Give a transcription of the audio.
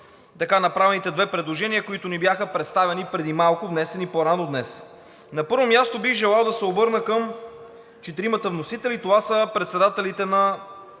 така направените две предложения, които ни бяха представени преди малко, внесени по-рано днес. На първо място, бих желал да се обърна към четиримата вносители – това са председателите на